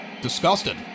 disgusted